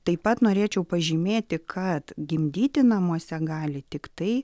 taip pat norėčiau pažymėti kad gimdyti namuose gali tiktai